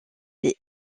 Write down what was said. les